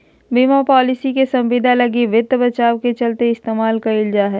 बीमा पालिसी के संविदा लगी वित्त बचाव के चलते इस्तेमाल कईल जा हइ